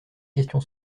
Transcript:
question